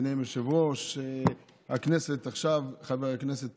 ביניהם יושב-ראש הכנסת עכשיו חבר הכנסת